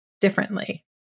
differently